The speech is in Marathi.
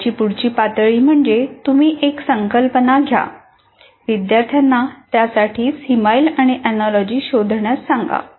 याची पुढची पातळी म्हणजे तुम्ही एक संकल्पना घ्या विद्यार्थ्यांना त्यासाठी सीमाईल किंवा एनोलॉजी शोधण्यास सांगा